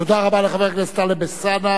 תודה רבה לחבר הכנסת טלב אלסאנע.